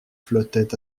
flottait